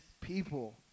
people